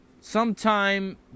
sometime